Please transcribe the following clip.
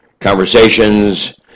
conversations